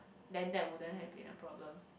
then there wouldn't have been a problem